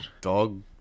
dog